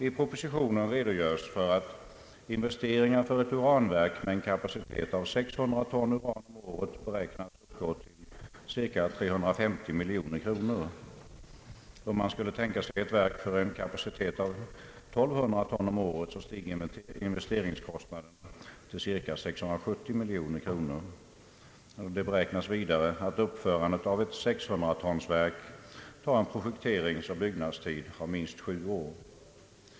I propositionen anges att investeringarna för ett uranverk med en kapacitet av 600 ton uran om året beräknas uppgå till cirka 350 miljoner kronor. Om man skulle tänka sig ett verk med en kapa teringskostnaden till cirka 670 miljoner kronor. Det beräknas vidare att uppförandet av ett 600 tons verk tar en projekteringsoch byggnadstid av minst sju år.